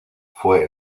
fue